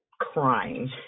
crying